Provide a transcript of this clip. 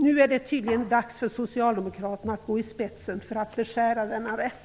Nu är det tydligen dags för Socialdemokraterna att gå i spetsen för att beskära denna rätt.